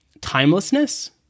timelessness